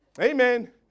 Amen